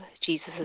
Jesus